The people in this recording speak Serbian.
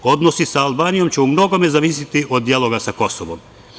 Odnosi sa Albanijom će u mnogome zavisiti od dijaloga sa Kosovom.